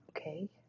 Okay